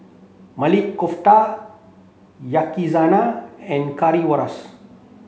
Maili Kofta Yakizakana and Currywurst